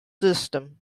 system